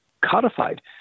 codified